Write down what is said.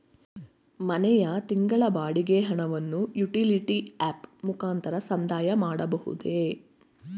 ಮನೆಯ ತಿಂಗಳ ಬಾಡಿಗೆ ಹಣವನ್ನು ಯುಟಿಲಿಟಿ ಆಪ್ ಮುಖಾಂತರ ಸಂದಾಯ ಮಾಡಬಹುದೇ?